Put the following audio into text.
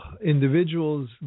individuals